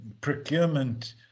procurement